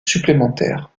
supplémentaire